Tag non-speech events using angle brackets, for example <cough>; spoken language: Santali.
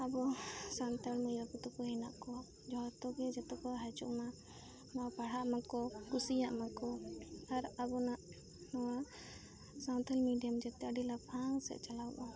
ᱟᱵᱚ ᱥᱟᱱᱛᱟᱲ ᱢᱟᱹᱭᱟᱛᱟᱠᱚ <unintelligible> ᱦᱮᱱᱟᱜ ᱠᱚᱣᱟ ᱡᱷᱚᱛᱚ ᱜᱮ ᱡᱚᱛᱚ ᱠᱚ ᱦᱤᱡᱩᱜ ᱢᱟ ᱯᱟᱲᱦᱟᱜ ᱢᱟᱠᱚ ᱠᱩᱥᱤᱭᱟᱜ ᱢᱟᱠᱚ ᱟᱨ ᱟᱵᱚᱱᱟᱜ ᱱᱚᱣᱟ ᱥᱟᱱᱛᱟᱲᱤ ᱢᱤᱰᱤᱭᱟᱢ ᱛᱮ ᱟᱹᱰᱤ ᱞᱟᱯᱷᱟᱝ ᱥᱮᱫ ᱪᱟᱞᱟᱜ ᱢᱟ